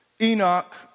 Enoch